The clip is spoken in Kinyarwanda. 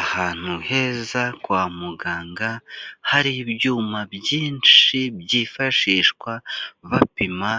Ahantu heza kwa muganga, hari ibyuma byinshi byifashishwa bapima